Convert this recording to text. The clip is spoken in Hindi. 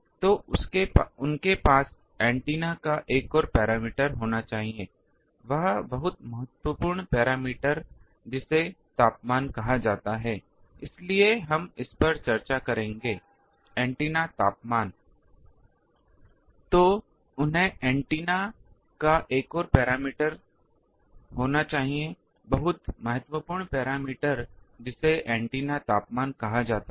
तो उनके पास एंटीना का एक और पैरामीटर होना चाहिए बहुत महत्वपूर्ण पैरामीटर जिसे एंटीना तापमान कहा जाता है